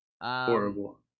Horrible